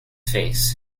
face